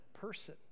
person